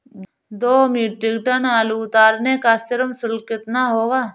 दो metric tonne आलू उतारने का श्रम शुल्क कितना होगा?